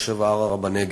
תל-שבע וערערה-בנגב.